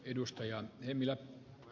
arvoisa puhemies